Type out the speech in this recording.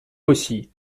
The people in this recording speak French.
aussi